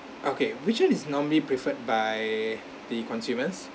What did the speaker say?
okay which one is normally preferred by the consumers